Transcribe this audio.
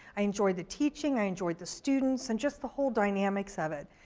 i enjoyed the teaching, i enjoyed the students, and just the whole dynamics of it.